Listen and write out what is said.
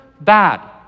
bad